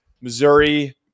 Missouri